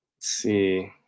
see